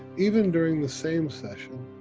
even during the same session,